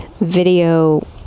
video